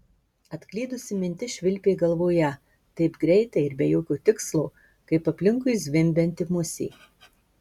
atklydusi mintis švilpė galvoje taip greitai ir be jokio tikslo kaip aplinkui zvimbianti musė